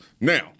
Now